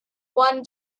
one